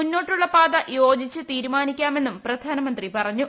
മുന്നോട്ടുള്ള പാത യോജിച്ച് തീരുമാനിക്കാ മെന്നും പ്രധാനമന്ത്രി പറഞ്ഞു